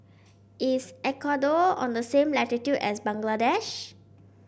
is Ecuador on the same latitude as Bangladesh